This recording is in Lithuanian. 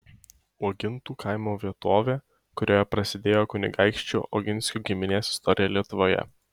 uogintų kaimo vietovę kurioje prasidėjo kunigaikščių oginskių giminės istorija lietuvoje